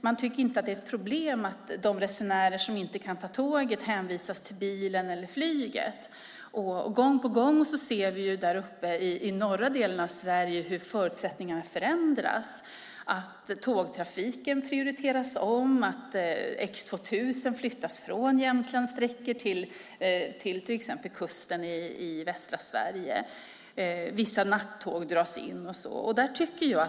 Man tycker inte att det är ett problem att de resenärer som inte kan ta tåget hänvisas till bilen eller flyget. Gång på gång ser vi i norra delen av Sverige hur förutsättningarna förändras, att tågtrafiken prioriteras om, att X 2000 flyttas från jämtlandssträckor till exempelvis kusten i västra Sverige. Vissa nattåg dras in.